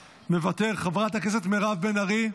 מוותר, חברת הכנסת מירב בן ארי,